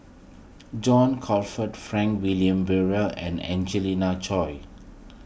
John Crawfurd Frank Wilmin Brewer and Angelina Choy